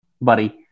buddy